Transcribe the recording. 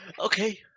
Okay